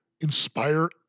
inspire